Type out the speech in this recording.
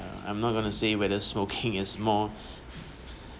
uh I'm not going to say whether smoking is more